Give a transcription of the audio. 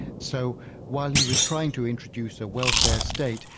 so while he was trying to introduce a welfare state,